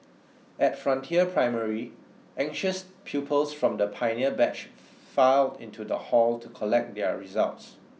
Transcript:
at Frontier Primary anxious pupils from the pioneer batch filed into the hall to collect their results